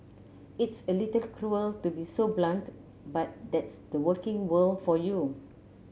it's a little cruel to be so blunt but that's the working world for you